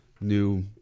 new